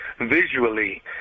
visually